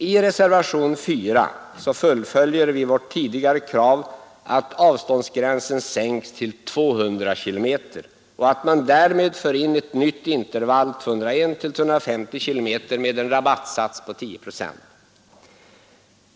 I reservationen 4 fullföljer vi vårt tidigare krav att avståndsgränsen sänks till 200 km och att man därmed för in ett nytt intervall, 201—250 km, med en rabattsats av 10 procent.